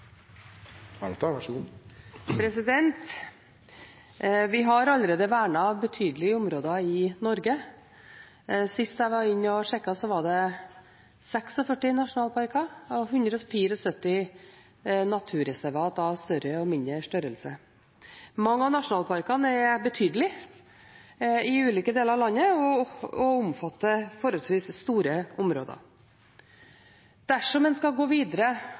Vi har allerede vernet betydelige områder i Norge. Sist jeg var inne og sjekket, var det 46 nasjonalparker og 174 naturreservat av større og mindre størrelse. Mange av nasjonalparkene er betydelige i ulike deler av landet og omfatter forholdsvis store områder. Dersom en skal gå videre